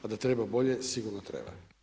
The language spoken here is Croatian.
A da treba bolje, sigurno treba.